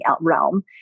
realm